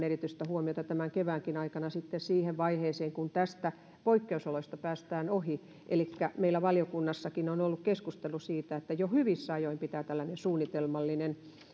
erityistä huomiota tämän keväänkin aikana siihen vaiheeseen kun näistä poikkeusoloista päästään ohi meillä valiokunnassakin on on ollut keskustelu siitä että jo hyvissä ajoin pitää tällainen suunnitelmallinen